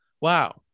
Wow